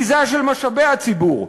ביזה של משאבי הציבור,